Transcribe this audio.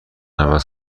عوض